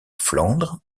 flandres